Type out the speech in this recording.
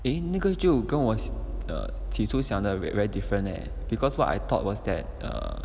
eh a new cars 就跟我学的提出想着 read very different leh because what I thought was that err